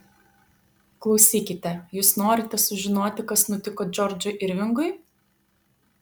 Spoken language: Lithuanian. klausykite jūs norite sužinoti kas nutiko džordžui irvingui